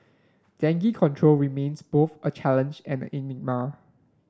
dengue control remains both a challenge and a enigma